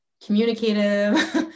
communicative